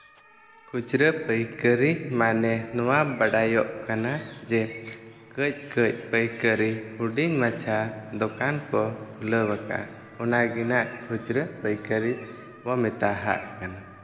ᱠᱷᱩᱪᱨᱟᱹ ᱯᱟᱹᱭᱠᱟᱹᱨᱤ ᱢᱟᱱᱮ ᱱᱚᱣᱟ ᱵᱟᱰᱟᱭᱚᱜ ᱠᱟᱱᱟ ᱡᱮ ᱠᱟᱹᱡᱼᱠᱟᱹᱡ ᱯᱟᱹᱭᱠᱟᱹᱨᱤ ᱦᱩᱰᱤᱧ ᱢᱟᱪᱷᱟ ᱫᱚᱠᱟᱱ ᱠᱚ ᱠᱷᱩᱞᱟᱹᱣᱟᱠᱟᱜᱼᱟ ᱚᱱᱟ ᱜᱮ ᱱᱟᱜ ᱠᱷᱩᱪᱨᱟᱹ ᱯᱟᱹᱭᱠᱟᱹᱨᱤ ᱵᱚ ᱢᱮᱛᱟ ᱦᱟᱜ ᱠᱟᱱᱟ